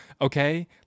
Okay